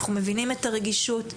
אנחנו מבינים את הרגישות.